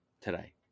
today